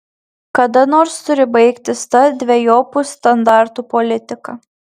kada nors turi baigtis ta dvejopų standartų politika